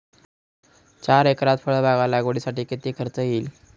चार एकरात फळबाग लागवडीसाठी किती खर्च येईल?